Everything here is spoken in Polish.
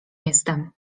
jestem